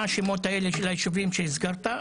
מה השמות של הישובים שהזכרת?